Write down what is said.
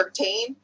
13